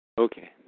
Okay